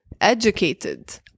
educated